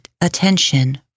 attention